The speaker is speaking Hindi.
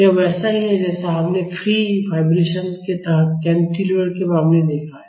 यह वैसा ही है जैसा हमने फ्री वाइब्रेशन के तहत कैंटिलीवर के मामले में देखा है